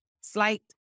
slight